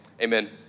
amen